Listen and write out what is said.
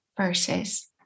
verses